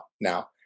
now